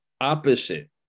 opposite